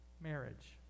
marriage